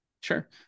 Sure